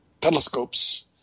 telescopes